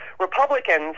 Republicans